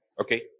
Okay